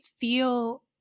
feel